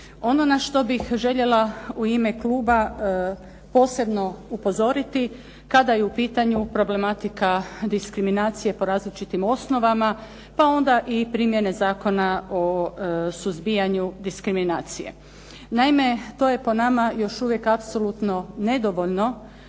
Ono na što bih željela u ime kluba posebno upozoriti kada je u pitanju problematika diskriminacije po različitim osnovama, pa onda i primjene Zakona o suzbijanju diskriminacije. Naime, to je po nama još uvijek apsolutno nedovoljno